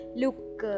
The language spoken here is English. look